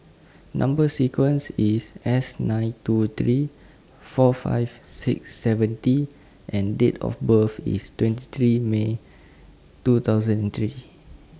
Number sequence IS S nine two three four five six seven T and Date of birth IS twenty three May two thousand and three